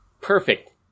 Perfect